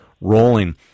rolling